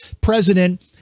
president